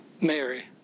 Mary